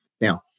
Now